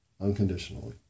Unconditionally